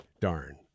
Darn